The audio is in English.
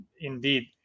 indeed